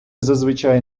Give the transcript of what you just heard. зазвичай